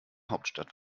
hauptstadt